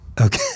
Okay